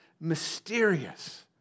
mysterious